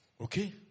okay